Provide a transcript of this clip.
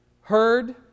heard